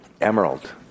emerald